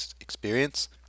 experience